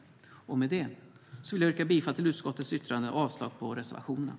Med detta vill jag yrka bifall till utskottets förslag och avslag på reservationerna.